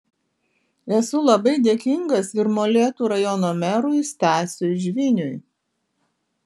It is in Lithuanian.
esu labai dėkingas ir molėtų rajono merui stasiui žviniui